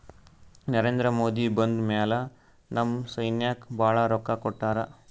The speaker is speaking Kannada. ನರೇಂದ್ರ ಮೋದಿ ಬಂದ್ ಮ್ಯಾಲ ನಮ್ ಸೈನ್ಯಾಕ್ ಭಾಳ ರೊಕ್ಕಾ ಕೊಟ್ಟಾರ